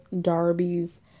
Darby's